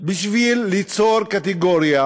בשביל ליצור קטגוריה,